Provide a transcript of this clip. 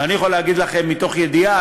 ואני יכול להגיד לכם מתוך ידיעה,